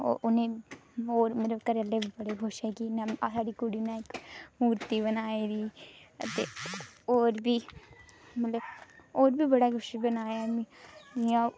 ओह् उ'नें और मतलब घरे आहले बड़े खुश ऐ कि साढ़ी कुड़ी ने इक मूर्ती बनाई दी ते ओर बी मतलब और बी बड़ा कुछ बनाया में जि'यां